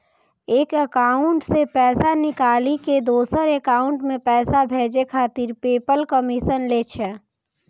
एक एकाउंट सं पैसा निकालि कें दोसर एकाउंट मे पैसा भेजै खातिर पेपल कमीशन लै छै